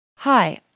Hi